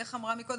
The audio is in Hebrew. איך נאמר מקודם?